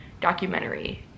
documentary